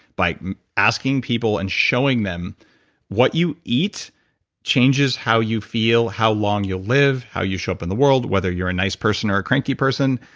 by asking people and showing them what you eat changes how you feel, how long you'll live, how you show up in the world, whether you're a nice person or a cranky person,